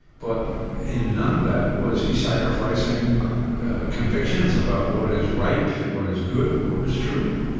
but in none of that was he sacrificing convictions about what is right, what is good, what is true.